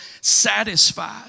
satisfied